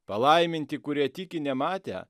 palaiminti kurie tiki nematę